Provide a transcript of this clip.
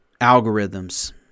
algorithms